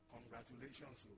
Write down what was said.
Congratulations